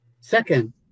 Second